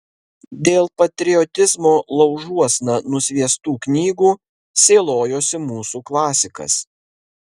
dėl patriotizmo laužuosna nusviestų knygų sielojosi mūsų klasikas